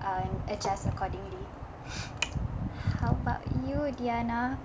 um adjust accordingly how about you diana